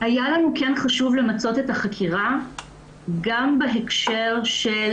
היה לנו כן חשוב למצות את החקירה גם בהקשר של